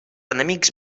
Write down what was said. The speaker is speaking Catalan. enemics